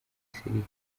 siriya